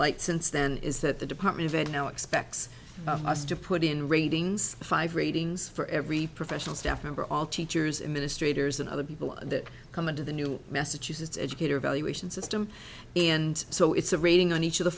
light since then is that the department right now expects us to put in ratings five ratings for every professional staff member all teachers in a stranger's and other people that come into the new massachusetts educator evaluation system and so it's a rating on each of the